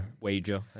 wager